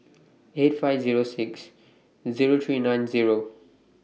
eight five Zero six Zero three nine Zero